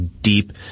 deep